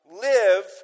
live